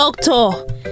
Doctor